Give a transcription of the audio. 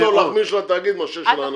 יותר טוב להחמיר של התאגיד מאשר של האנשים.